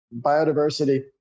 biodiversity